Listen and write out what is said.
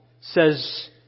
says